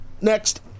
Next